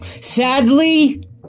Sadly